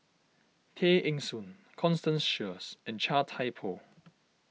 Tay Eng Soon Constance Sheares and Chia Thye Poh